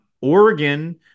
Oregon